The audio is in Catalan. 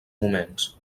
moments